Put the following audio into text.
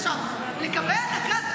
לגבי הנגד,